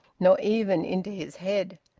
nor even into his head.